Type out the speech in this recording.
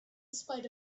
spite